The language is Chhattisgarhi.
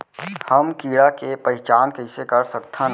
हम कीड़ा के पहिचान कईसे कर सकथन